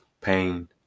pain